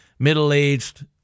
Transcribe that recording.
middle-aged